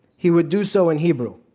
he would do so in hebrew,